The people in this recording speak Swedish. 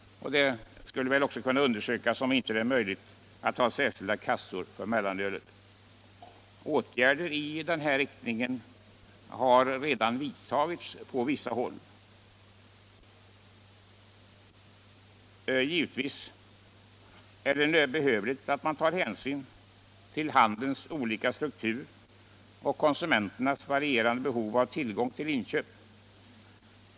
Det skulle väl också kunna undersökas om det inte är möjligt att ha särskilda kassor i snabbköpen för mellanölet. Åtgärder i den riktningen har redan vidtagits på vissa håll. Givetvis är det behövligt att ta hänsyn till handelns olika struktur och konsumenternas varierande behov av tillfälle till inköp.